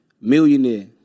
millionaire